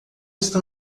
está